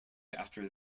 after